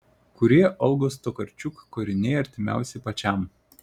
kurie olgos tokarčuk kūriniai artimiausi pačiam